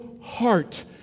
heart